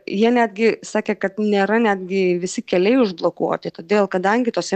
jie netgi sakė kad nėra netgi visi keliai užblokuoti todėl kadangi tuose